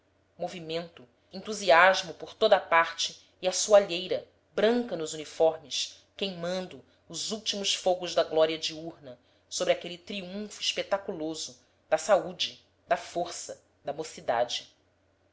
movimento entusiasmo por toda a parte e a soalheira branca nos uniformes queimando os últimos fogos da glória diurna sobre aquele triunfo espetaculoso da saúde da força da mocidade